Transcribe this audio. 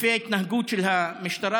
לפי ההתנהגות של המשטרה,